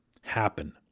happen